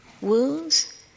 wounds